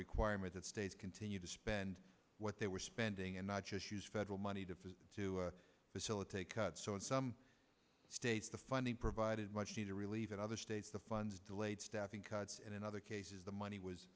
requirement that states continue to spend what they were spending and not just use federal money to to facilitate cut so in some states the funding provided much needed relief at other states the funds delayed staffing cuts and in other cases the money was